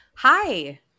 Hi